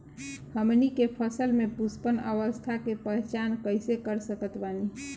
हमनी के फसल में पुष्पन अवस्था के पहचान कइसे कर सकत बानी?